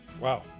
Wow